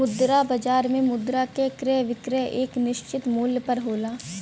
मुद्रा बाजार में मुद्रा क क्रय विक्रय एक निश्चित मूल्य पर होला